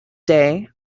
day